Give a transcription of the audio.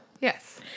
Yes